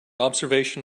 observation